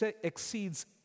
exceeds